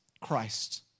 Christ